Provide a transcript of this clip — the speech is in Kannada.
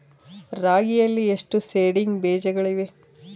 ರಾಗಿಯಲ್ಲಿ ಎಷ್ಟು ಸೇಡಿಂಗ್ ಬೇಜಗಳಿವೆ?